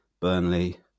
Burnley